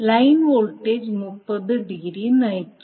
line voltage 30 degree നയിക്കും